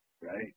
right